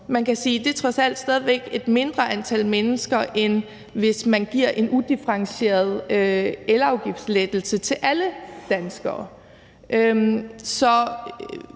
kan man sige, at det trods alt stadig væk er et mindre antal mennesker, end hvis man giver en udifferentieret elafgiftslettelse til alle danskere.